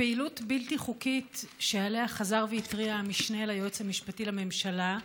פעילות בלתי-חוקית שעליה חזר והתריע המשנה ליועץ המשפטי לממשלה,